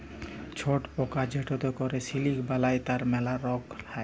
ছট পকা যেটতে ক্যরে সিলিক বালাই তার ম্যালা রগ হ্যয়